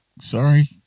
Sorry